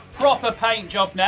proper paint job now,